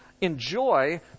enjoy